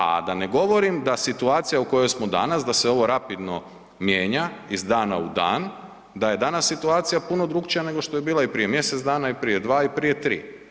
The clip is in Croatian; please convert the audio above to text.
A da ne govorim da situacija u kojoj smo danas da se ovo rapidno mijenja iz dana u dan, da je danas situacija puno drukčija nego što je bila i prije mjesec dana i prije dva i prije tri.